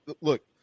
look